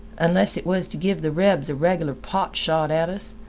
unless it was to give the rebs a regular pot shot at us.